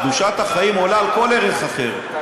קדושת החיים עולה על כל ערך אחר,